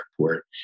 Airport